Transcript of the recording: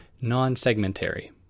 non-segmentary